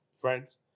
Friends